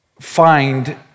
find